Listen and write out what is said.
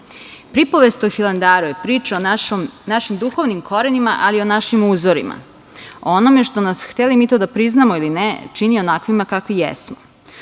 o Hilandaru je priča o našim duhovnim korenima, ali i o našim uzorima, o onome što nas, hteli mi to da priznamo ili, čini onakvima kakvi jesmo.U